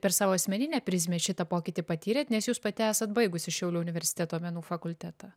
per savo asmeninę prizmę šitą pokytį patyrėt nes jūs pati esat baigusi šiaulių universiteto menų fakultetą